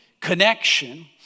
connection